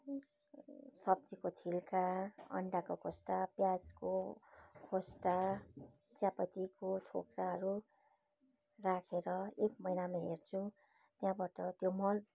सब्जीको छिल्का अन्डाको खोस्टा प्याजको खोस्टा चियापत्तीको छोक्राहरू राखेर एक महिनामा हेर्छु त्यहाँबट त्यो मल